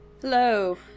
hello